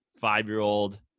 five-year-old